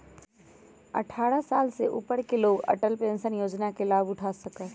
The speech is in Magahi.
अट्ठारह साल से ऊपर के लोग अटल पेंशन योजना के लाभ उठा सका हई